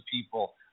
people